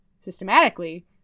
systematically